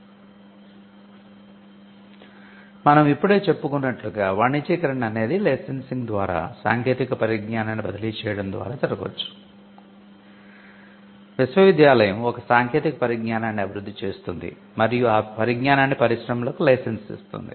కాబట్టి మనం ఇప్పుడే చెప్పుకున్నట్లుగా వాణిజ్యీకరణ అనేది లైసెన్సింగ్ ద్వారా సాంకేతిక పరిజ్ఞానాన్ని బదిలీ చేయడం ద్వారా జరగవచ్చు విశ్వవిద్యాలయం ఒక సాంకేతిక పరిజ్ఞానాన్ని అభివృద్ధి చేస్తుంది మరియు ఆ పరిజ్ఞానాన్ని పరిశ్రమలకు లైసెన్స్ ఇస్తుంది